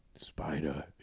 Spider